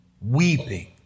weeping